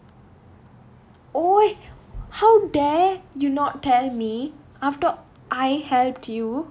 !oi! how dare you not tell me after I helped you